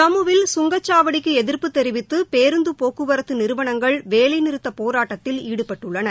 ஜம்மு வில் கங்கச்சாவடிக்கு எதிர்ப்பு தெரிவித்து பேருந்து போக்குவரத்து நிறுவனங்கள் வேலை நிறுத்த போராட்டத்தில் ஈடுப்பட்டுள்ளனர்